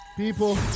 people